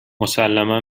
مسلما